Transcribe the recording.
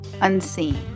unseen